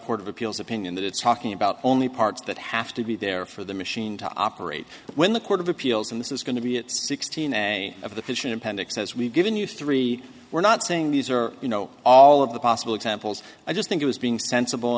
court of appeals opinion that it's talking about only parts that have to be there for the machine to operate when the court of appeals in this is going to be at sixteen of the fission appendix as we've given you three we're not saying these are you know all of the possible examples i just think it was being sensible